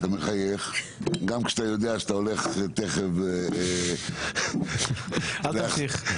גם כשאתה יודע שתכף --- אל תמשיך.